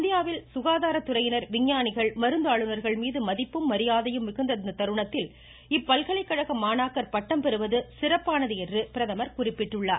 இந்தியாவின் சுகாதாரத்துறையினர் விஞ்ஞானிகள் மருந்தாளுநர்கள் மீது மதிப்பும் மரியாதையும் மிகுந்த இத்தருணத்தில் இப்பல்கலைகழக மாணாக்கர் பட்டம் பெறுவது சிறப்பானது என்று பிரதமர் குறிப்பிட்டுள்ளார்